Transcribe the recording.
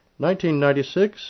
1996